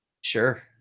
Sure